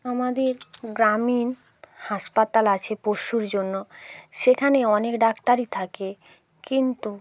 আমাদের গ্রামীণ হাসপাতাল আছে পশুর জন্য সেখানে অনেক ডাক্তারই থাকে কিন্তু